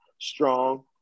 strong